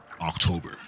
october